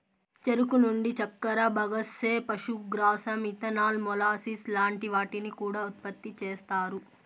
చెరుకు నుండి చక్కర, బగస్సే, పశుగ్రాసం, ఇథనాల్, మొలాసిస్ లాంటి వాటిని కూడా ఉత్పతి చేస్తారు